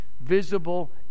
visible